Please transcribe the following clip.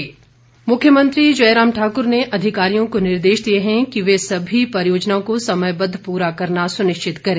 मुख्यमंत्री मुख्यमंत्री जयराम ठाक्र ने अधिकारियों को निर्देश दिए हैं कि वह सभी परियोजनाओं को समयबद्व प्ररा करना सुनिश्चित करें